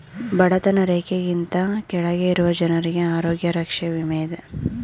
ಬಡತನ ರೇಖೆಗಿಂತ ಕೆಳಗೆ ಇರುವ ಜನರಿಗೆ ಆರೋಗ್ಯ ರಕ್ಷೆ ವಿಮೆ ಇದೆ